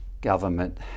government